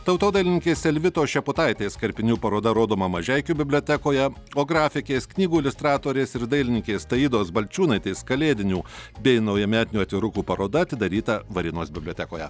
tautodailininkės selvitos šeputaitės karpinių paroda rodoma mažeikių bibliotekoje o grafikės knygų iliustratorės ir dailininkės taidos balčiūnaitės kalėdinių bei naujametinių atvirukų paroda atidaryta varėnos bibliotekoje